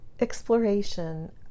exploration